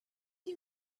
you